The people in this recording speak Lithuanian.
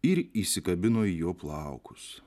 ir įsikabino į jo plaukus